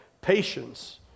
patience